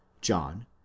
John